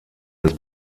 des